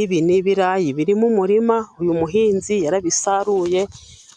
Ibi ni ibirayi biri mu murima, uyu muhinzi yarabisaruye,